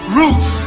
roots